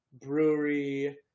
brewery